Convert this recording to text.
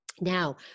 Now